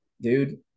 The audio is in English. Dude